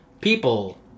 people